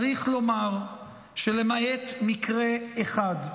צריך לומר שלמעט מקרה אחד,